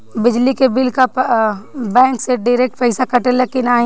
बिजली के बिल का बैंक से डिरेक्ट पइसा कटेला की नाहीं?